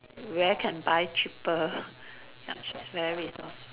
where can buy cheaper ya she's very resourceful